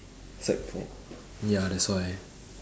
sec four ya that's why